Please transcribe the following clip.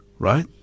Right